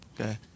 Okay